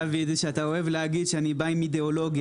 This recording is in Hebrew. שאתה אוהב להגיד שאני בא עם אידיאולוגיה,